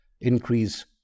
increase